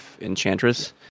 Enchantress